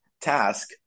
task